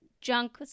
junk